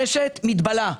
רשת מתבלה,